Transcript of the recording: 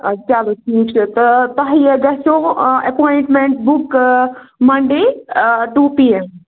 اَدٕ چَلو کِہیٖنٛۍ چھُ تہٕ تۅہہِ گَژھوٕ ایپواینٛٹمٮ۪نٛٹ بُک منٛڈے آ ٹُو پی ایم